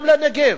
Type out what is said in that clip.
גם לנגב.